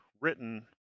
written